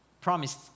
promised